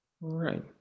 right